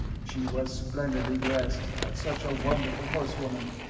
she was splendidly dressed and such a wonderful horsewoman.